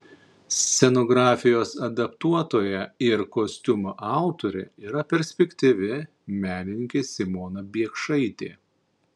scenografijos adaptuotoja ir kostiumų autorė yra perspektyvi menininkė simona biekšaitė